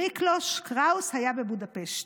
מיקלוש קראוס היה בבודפשט,